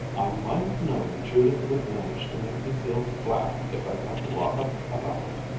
i might have known judith would manage to make me feel flat if i got wrought up about it.